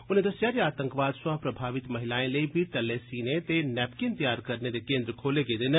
उनें दस्सेआ जे आतंकवाद थमां प्रभावत महिलाएं लेई बी टल्ले सीने ते नैपकिन तैआर करने दे केन्द्र खोले गेदे न